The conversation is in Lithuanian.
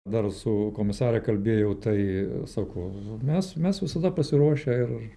dar su komisare kalbėjau tai sako mes mes visada pasiruošę ir